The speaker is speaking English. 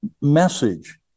message